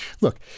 Look